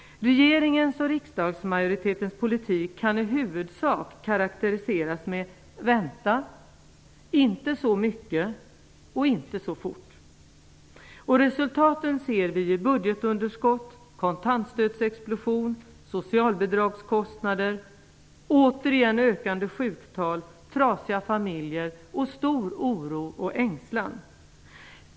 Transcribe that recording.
Regeringens och riksdagsmajoritetens politik kan i huvudsak karakteriseras med: vänta -- inte så mycket -- inte så fort. Resultaten ser vi i budgetunderskott, kontantstödsexplosion, socialbidragskostnader, återigen ökande sjuktal, trasiga familjer och stor oro och ängslan.